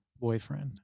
boyfriend